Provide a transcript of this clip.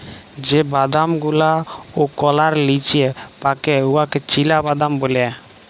যে বাদাম গুলা ওকলার লিচে পাকে উয়াকে চিলাবাদাম ব্যলে